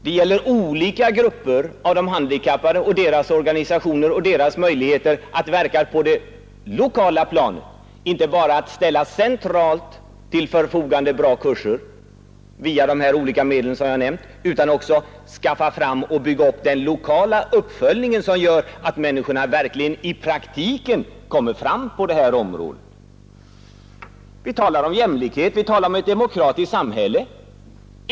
Det gäller olika grupper av de handikappade, deras organisationer och dessas möjligheter att verka på det lokala planet. Man bör inte bara centralt ställa bra kurser till förfogande via dessa olika medel som jag har nämnt utan också bygga ut den lokala uppföljningen som gör att människorna i praktiken kommer fram på detta område. Vi talar om jämlikhet och ett demokratiskt samhälle.